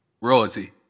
Royalty